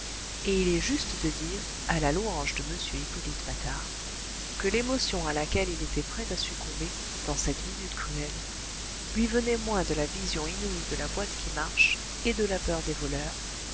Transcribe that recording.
et il est juste de dire à la louange de m hippolyte patard que l'émotion à laquelle il était prêt à succomber dans cette minute cruelle lui venait moins de la vision inouïe de la boîte qui marche et de la peur des voleurs